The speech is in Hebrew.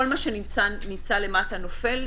כל מה שנמצא למטה נופל,